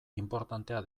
inportantea